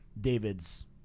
David's